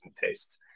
tastes